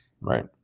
Right